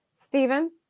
Stephen